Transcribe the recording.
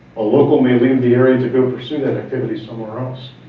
a local may leave area to go pursue that activity somewhere else.